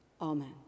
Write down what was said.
Amen